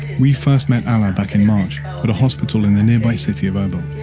we first met back in march, at a hospital in the nearby city of erbil.